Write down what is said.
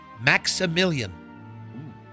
Maximilian